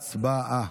הצבעה.